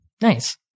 Nice